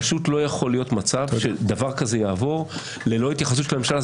פשוט לא יכול להיות מצב שדבר כזה יעבור ללא התייחסות של הממשלה.